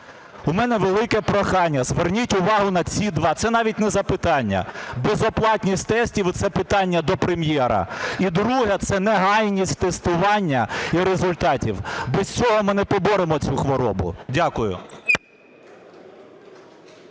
У мене велике прохання – зверніть увагу на ці два… Це навіть не запитання. Безоплатність тестів – це питання до Прем'єра. І друге – це негайність тестування і результатів. Без цього ми не поборемо цю хворобу. Дякую.